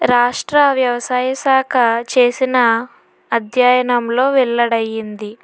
రాష్ట్ర వ్యవసాయ శాఖ చేసిన అధ్యయనంలో వెళ్ళడయింది